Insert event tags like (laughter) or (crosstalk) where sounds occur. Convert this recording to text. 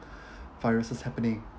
(breath) viruses happening